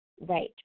right